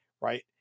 right